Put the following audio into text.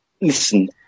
listen